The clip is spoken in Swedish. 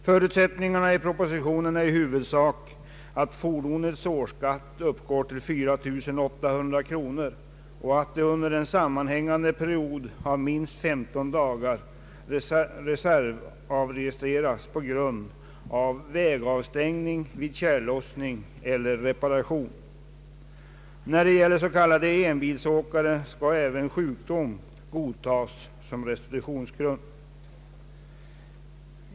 Förutsättningarna i propositionen är i huvudsak att fordonets årsskatt uppgår till 4 800 kronor och att det under en sammanhängande period av minst 15 dagar reservavregistreras på grund av vägavstängning vid tjällossning eller reparation. När det gäller s.k, enbilsåkare skall även sjukdom godtas som restitutionsgrund.